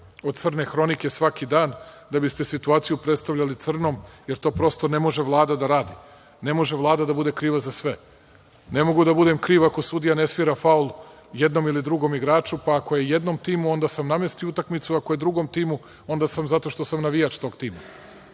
od crne hronike svaki dan, da biste situaciju predstavljali crnom, jer to prosto ne može Vlada da radi. Ne može Vlada da bude kriva za sve. Ne mogu ja da budem kriv ako sudija ne svira faul jednom ili drugom igraču, pa ako je jednom timu, onda sam namestio utakmicu, ili ako je drugom timu, onda sam zato što sam navijač tog tima.